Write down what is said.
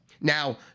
Now